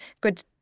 good